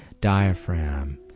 diaphragm